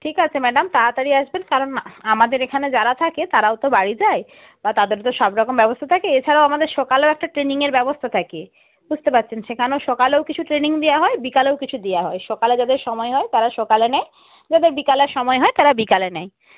ঠিক আছে ম্যাডাম তাড়াতাড়ি আসবেন কারণ আমাদের এখানে যারা থাকে তারাও তো বাড়ি যায় বা তাদের তো সব রকম ব্যবস্থা থাকে এছাড়াও আমাদের সকালেও একটা ট্রেনিংয়ের ব্যবস্থা থাকে বুঝতে পারছেন সেখানেও সকালেও কিছু ট্রেনিং দেওয়া হয় বিকেলেও কিছু দেওয়া হয় সকালে যাদের সময় হয় তারা সকালে নেয় যাদের বিকেলে সময় হয় তারা বিকেলে নেয়